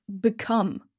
become